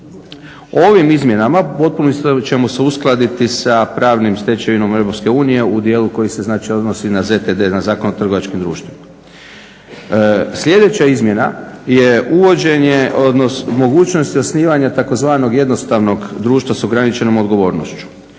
Ovim izmjenama potpuno ćemo se uskladiti sa pravnom stečevinom EU u dijelu koji se odnosi na ZTD na Zakon o trgovačkim društvima. Sljedeća izmjena je uvođenje, mogućnost osnivanja tzv. jednostavnog društva sa ograničenom odgovornošću.